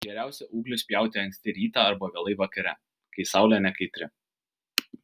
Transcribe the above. geriausia ūglius pjauti anksti rytą arba vėlai vakare kai saulė nekaitri